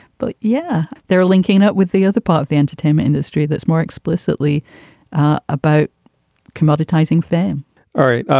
but yeah, they're linking up with the other part of the entertainment industry that's more explicitly about commoditizing thing all right.